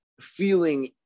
feeling